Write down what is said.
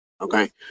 okay